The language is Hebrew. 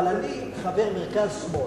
אבל אני חבר מרכז-שמאל.